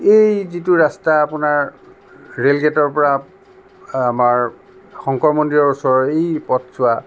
এই যিটো ৰাস্তা আপোনাৰ ৰে'ল গেটৰপৰা আমাৰ শংকৰ মন্দিৰৰ ওচৰৰ এই পথচোৱা